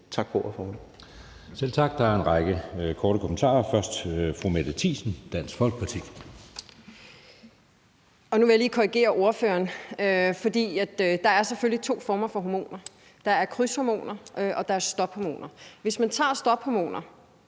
næstformand (Jeppe Søe): Selv tak. Der er en række korte bemærkninger, først fra fru Mette Thiesen, Dansk Folkeparti. Kl. 20:24 Mette Thiesen (DF): Nu vil jeg lige korrigere ordføreren, for der er selvfølgelig to former for hormoner. Der er krydshormoner, og der er stophormoner. Hvis man tager stophormoner